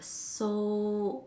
so